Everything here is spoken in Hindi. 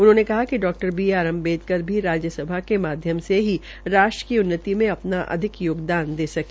उन्होंने कहा कि डा बी आर अम्बेडकर भी राज्यसभा के माध्यम से ही राष्ट्र की उन्नति में अपना अधिक योगदान दे सके